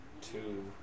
two